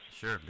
Sure